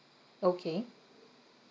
okay